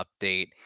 update